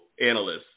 analysts